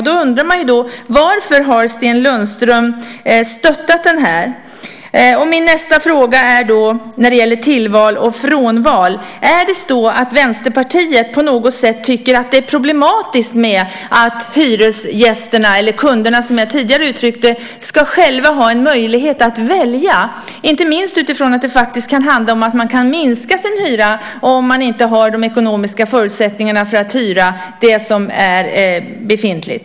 Då undrar man ju varför Sten Lundström har stöttat den. Min nästa fråga gäller tillval och frånval. Tycker Vänsterpartiet på något sätt att det är problematiskt att hyresgästerna - eller kunderna, som jag tidigare uttryckte det - själva ska ha möjlighet att välja? Inte minst kan det ju handla om att faktiskt kunna minska sin hyra om man inte har de ekonomiska förutsättningarna att hyra det som är befintligt.